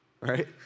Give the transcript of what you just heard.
Right